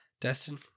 Destin